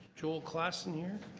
joel classen here?